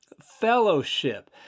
fellowship